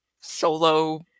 solo